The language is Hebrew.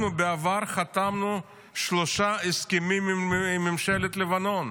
בעבר חתמנו שלושה הסכמים עם ממשלת לבנון